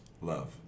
Love